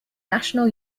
national